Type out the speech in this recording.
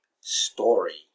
story